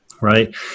right